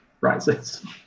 rises